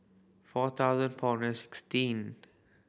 four thousand four hundred sixteen